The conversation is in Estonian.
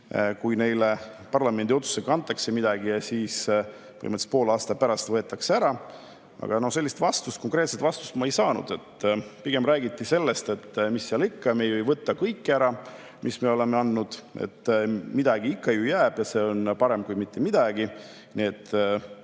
kui neile parlamendi otsusega antakse midagi ja siis põhimõtteliselt poole aasta pärast võetakse ära. Aga sellist vastust, konkreetset vastust ma ei ole saanud. Pigem räägiti sellest, et mis seal ikka, me ju ei võta kõike ära, mis me oleme andnud, midagi ikka ju jääb ja see on parem kui mitte midagi,